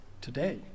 today